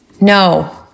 No